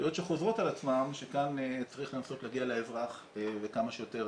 טעויות שחוזרות על עצמן וכאן צריך לנסות להגיע לאזרח וכמה שיותר